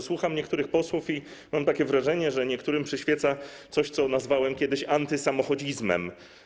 Słucham niektórych posłów i mam takie wrażenie, że niektórym przyświeca coś, co nazwałem kiedyś antysamochodzizmem.